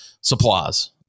supplies